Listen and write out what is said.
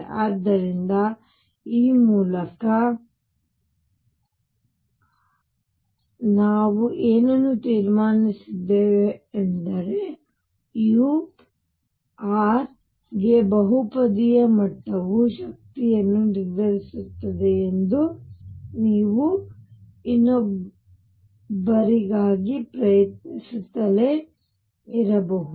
ಆದ್ದರಿಂದ ಈ ಮೂಲಕ ನಾವು ಏನು ತೀರ್ಮಾನಿಸಿದ್ದೇವೆ ಮತ್ತು u r ಗೆ ಬಹುಪದೀಯ ಮಟ್ಟವು ಶಕ್ತಿಯನ್ನು ನಿರ್ಧರಿಸುತ್ತದೆ ಎಂದು ನೀವು ಇನ್ನೊಬ್ಬರಿಗಾಗಿ ಪ್ರಯತ್ನಿಸುತ್ತಲೇ ಇರಬಹುದು